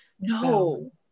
no